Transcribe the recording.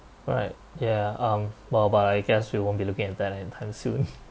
right ya um well but I guess we won't be looking at that anytime soon